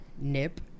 nip